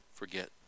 Forget